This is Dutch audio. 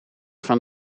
van